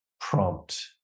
prompt